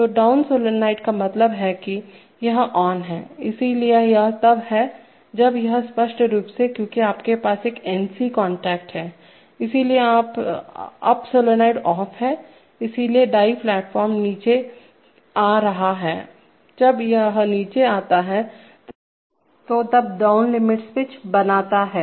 तो down solenoid का मतलब है कि यह ऑन है इसलिए यह तब है जब यह स्पष्ट रूप से है क्योंकि आपके पास एक NC कांटेक्ट है इसलिए अप सोलेनोइड ऑफ है इसलिए डाई प्लेटफ़ॉर्म नीचे आ रहा हैजब यह नीचे आता है तो तब डाउन लिमिट स्विच बनाता है